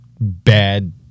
bad